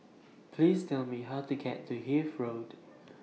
Please Tell Me How to get to Hythe Road